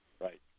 right